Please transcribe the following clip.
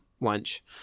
lunch